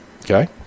Okay